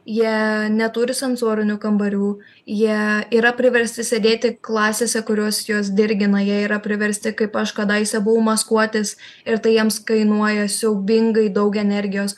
jie neturi sensorinių kambarių jie yra priversti sėdėti klasėse kurios juos dirgina jie yra priversti kaip aš kadaise buvau maskuotis ir tai jiems kainuoja siaubingai daug energijos